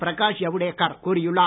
பிரகாஷ் ஜவ்டேக்கர் கூறியுள்ளார்